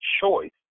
choice